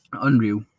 unreal